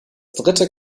dritte